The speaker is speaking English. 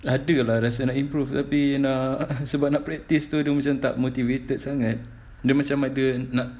ada lah rasa nak improve tapi nak sebab nak practise tu dia macam tak motivated sangat dia macam ada nak